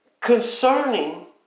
concerning